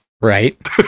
right